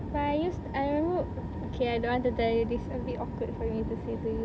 but I used I remember okay I don't want to tell you this a bit awkward for me to say to you